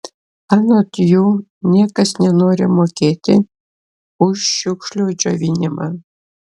anot jų niekas nenori mokėti už šiukšlių džiovinimą